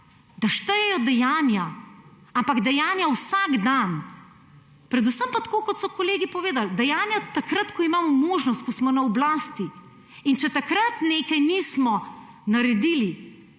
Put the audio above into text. da štejejo dejanja, ampak dejanja vsak dan, predvsem pa kot so kolegi povedali, dejanja takrat, ko imamo možnost, ko smo na oblasti. In če takrat nečesa nismo naredili